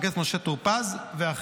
של חבר הכנסת משה טור פז ואחרים,